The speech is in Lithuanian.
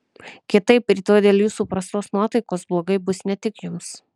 kitaip rytoj dėl jūsų prastos nuotaikos blogai bus ne tik jums